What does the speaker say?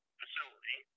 facility